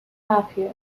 happier